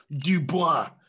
Dubois